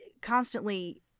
constantly